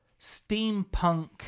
steampunk